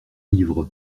livres